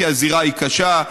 כי הזירה היא קשה,